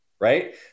right